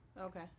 Okay